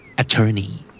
Attorney